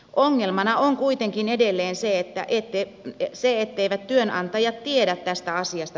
ongelmana on kuitenkin edelleen se etteivät työnantajat tiedä tästä asiasta tarpeeksi